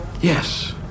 Yes